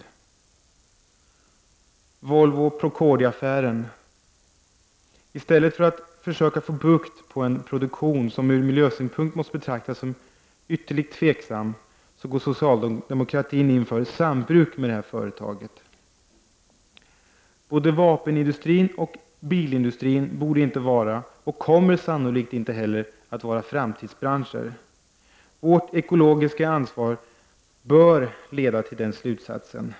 Beträffande Volvo—Procordia-affären går socialdemokraterna, i stället för att försöka få bukt med en produktion, som ur miljösynpunkt måste betraktas som ytterligt tveksam, in för sambruk med det här företaget. Vapenindustrin och bilindustrin borde inte vara, och kommer sannolikt inte heller att vara, framtidsbranscher. Vårt ekologiska ansvar bör leda till den slutsatsen.